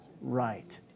right